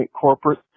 corporate